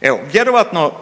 Evo vjerojatno